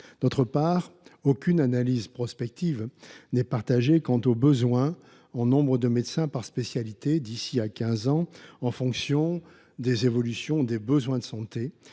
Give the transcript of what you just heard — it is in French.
ailleurs, aucune analyse prospective n’est partagée quant aux besoins en nombre de médecins par spécialité d’ici à quinze ans, en fonction des évolutions des besoins de santé.